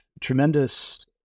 tremendous